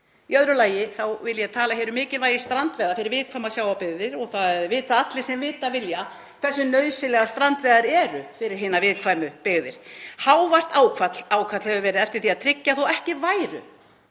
Í öðru lagi vil ég tala um mikilvægi strandveiða fyrir viðkvæma sjávarbyggðir. Það vita allir sem vita vilja hversu nauðsynlegar strandveiðar eru fyrir hinar viðkvæmu byggðir. Hávært ákall hefur verið eftir því að tryggja þótt ekki væru